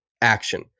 action